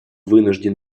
вынужден